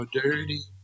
dirty